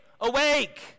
awake